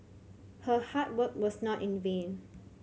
her hard work was not in vain